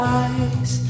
eyes